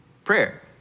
Prayer